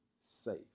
safe